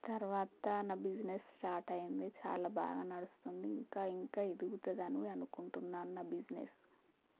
తర్వాత నా business start అయ్యింది చాలా బాగా నడుస్తుంది ఇంకా ఇంకా ఎదుగుతుందని అనుకుంటున్నాను నా బిజినెస్